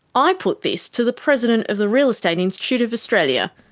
i put this to the president of the real estate institute of australia,